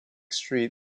street